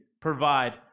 provide